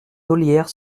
ollières